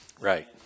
Right